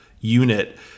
unit